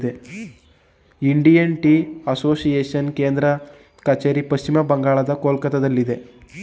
Indian tea association ಕೇಂದ್ರ ಕಚೇರಿ ಪಶ್ಚಿಮ ಬಂಗಾಳದ ಕೊಲ್ಕತ್ತಾದಲ್ಲಿ